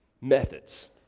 methods